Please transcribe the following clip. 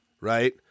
right